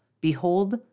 Behold